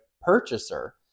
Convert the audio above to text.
purchaser